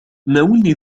ناولني